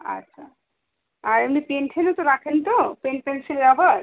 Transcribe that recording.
আচ্ছা আর এমনি পেনসিলও তো রাখেন তো পেন পেনসিল রাবার